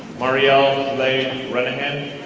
mario lay renehin.